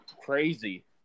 crazy